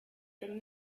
from